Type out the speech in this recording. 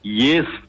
yes